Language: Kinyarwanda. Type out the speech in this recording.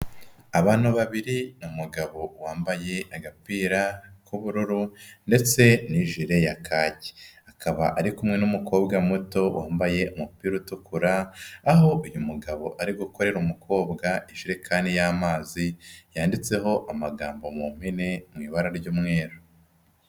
Abantu babiri umugabo wambaye agapira k'ubururu ndetse n'ijire ya kaki, akaba ari kumwe n'umukobwa muto wambaye umupira utukura aho uyu mugabo ari gukorera umukobwa ijerekani y'amazi yanditseho amagambo mu mpine mu ibara ry'umweru.